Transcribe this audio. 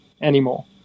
anymore